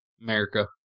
America